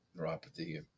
neuropathy